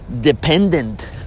dependent